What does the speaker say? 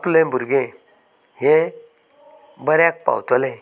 आपलें भुरगें हें बऱ्याक पावतलें